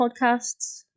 Podcasts